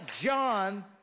John